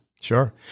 Sure